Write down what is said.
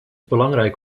belangrijk